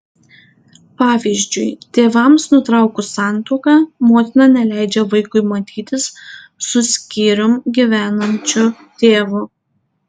pavyzdžiui tėvams nutraukus santuoką motina neleidžia vaikui matytis su skyrium gyvenančiu tėvu